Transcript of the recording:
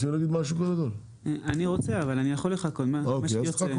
מה שקרה